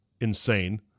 Insane